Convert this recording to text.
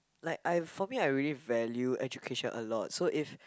like I for me I really value education a lot so if